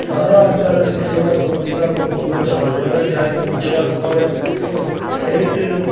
ସହର ଅଞ୍ଚଳରେ ଖେଲିବାକୁ ଯିବାକୁ ବହୁତ ଦୂର ହୋଇଯାଏ ଯିବାକୁ ପଡ଼େ ଓ ସେଇଥିରୁ